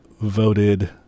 voted